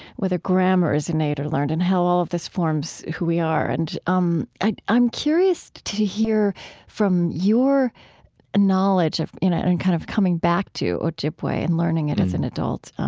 whether grammar is innate or learned, and how all of this forms who we are and um and i'm curious to to hear from your ah knowledge you know and kind of coming back to ojibwe and learning it as an adult,